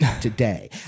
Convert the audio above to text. today